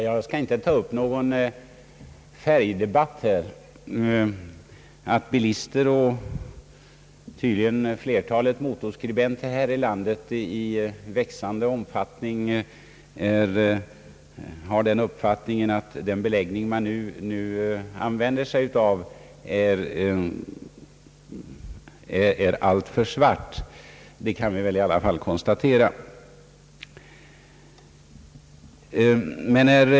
Jag skall inte ta upp någon färgdebatt, men att bilister och tydligen flertalet motorskribenter här i landet i växande omfattning har den uppfattningen att den beläggning som nu användes är alltför svart, kan vi väl i alla fall konstatera.